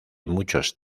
muchos